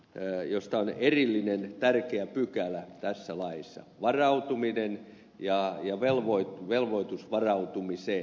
reijosta erillinen tärkeä pykälä tässä laissa varautuminen ja velvoitus varautumiseen